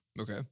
Okay